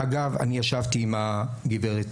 אגב, אני ישבתי עם הגברת